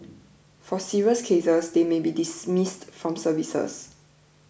for serious cases they may be dismissed from services